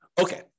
Okay